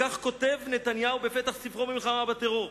כך כותב נתניהו בפתח ספרו "מלחמה בטרור",